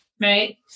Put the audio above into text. Right